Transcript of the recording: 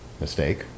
mistake